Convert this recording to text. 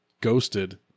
Ghosted